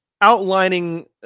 outlining